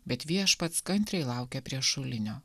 bet viešpats kantriai laukia prie šulinio